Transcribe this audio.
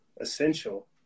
essential